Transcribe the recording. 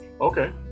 okay